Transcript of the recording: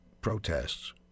protests